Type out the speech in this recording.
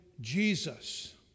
Jesus